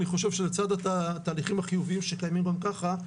אני חושב שלצד התהליכים החיוביים שקיימים גם ככה,